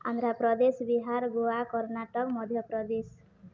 Andhra Pradesh Bihar Goa Karnataka Madhya Pradesh